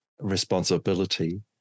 responsibility